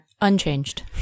Unchanged